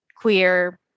queer